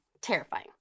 Terrifying